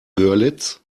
görlitz